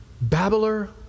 babbler